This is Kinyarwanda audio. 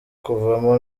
kuvamo